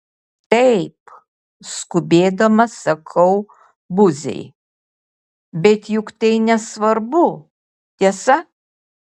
taip skubėdamas sakau buziai bet juk tai nesvarbu tiesa